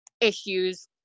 issues